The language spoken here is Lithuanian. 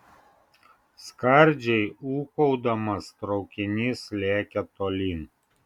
skardžiai ūkaudamas traukinys lėkė tolyn